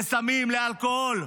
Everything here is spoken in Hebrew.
לסמים ולאלכוהול.